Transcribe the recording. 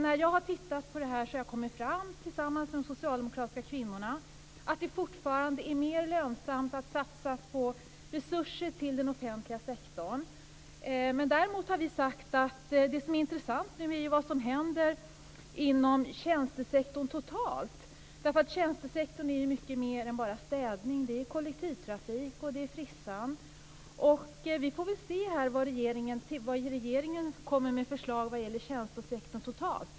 När jag har tittat på det här har jag tillsammans med de socialdemokratiska kvinnorna kommit fram till att det fortfarande är mer lönsamt att satsa på resurser till den offentliga sektorn. Det som nu är intressant är vad som händer inom tjänstesektorn totalt. Tjänstesektorn är mycket mer än bara städning. Det är bl.a. kollektivtrafik och frisörskan. Vi får se vad regeringen kommer med för förslag när det gäller tjänstesektorn totalt.